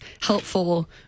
helpful